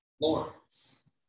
Lawrence